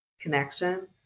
connection